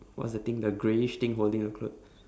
what's that thing the greyish thing holding your clothe~